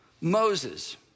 Moses